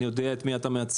אני יודע את מי אתה מייצג.